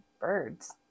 birds